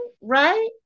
right